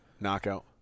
Knockout